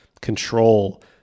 control